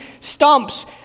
stumps